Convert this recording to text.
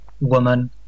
woman